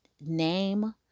name